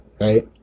Right